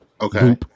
Okay